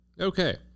Okay